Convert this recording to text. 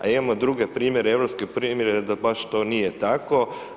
A imamo druge primjere, europske primjere da baš to nije tako.